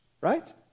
right